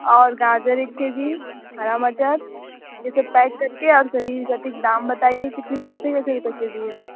और गाजर एक के जी हरा मटर ये सब पैक कर के और सही सटीक दाम बताइए कितनी कैसे कैसे रुपये के जी है